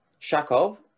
Shakov